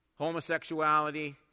Homosexuality